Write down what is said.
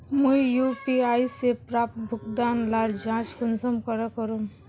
मुई यु.पी.आई से प्राप्त भुगतान लार जाँच कुंसम करे करूम?